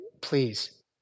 please